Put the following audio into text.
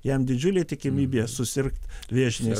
jam didžiulė tikimybė susirgt vėžiniais